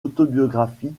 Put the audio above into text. autobiographique